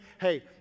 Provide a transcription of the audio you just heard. hey